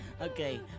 Okay